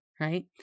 Right